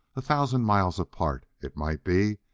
a thousand miles apart, it might be.